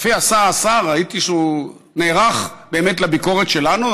יפה עשה השר, ראיתי שהוא נערך באמת לביקורת שלנו,